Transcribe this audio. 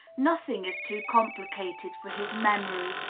nothing is too complicated for his memory,